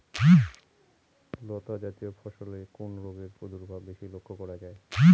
লতাজাতীয় ফসলে কোন রোগের প্রাদুর্ভাব বেশি লক্ষ্য করা যায়?